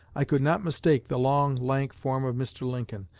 i could not mistake the long, lank form of mr. lincoln,